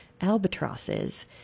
albatrosses